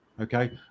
Okay